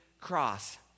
cross